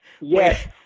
Yes